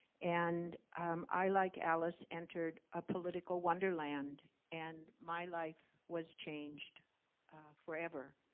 and um i, like alice, entered a political wonderland, and my life was changed forever.